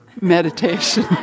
meditation